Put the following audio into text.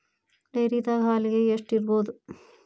ಡೈರಿದಾಗ ಹಾಲಿಗೆ ಎಷ್ಟು ಇರ್ಬೋದ್?